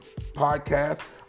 podcast